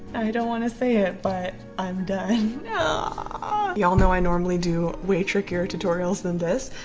i don't want to say it, but i'm done ah y'all know i normally do way trickier tutorials than this,